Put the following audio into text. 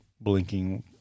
blinking